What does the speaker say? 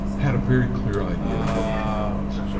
had a very clear idea of what atari was.